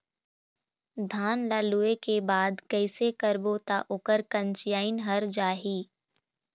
धान ला लुए के बाद कइसे करबो त ओकर कंचीयायिन हर जाही?